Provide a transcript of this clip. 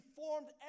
formed